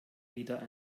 wieder